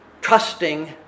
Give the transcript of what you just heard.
trusting